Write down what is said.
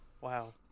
wow